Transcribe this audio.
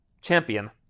champion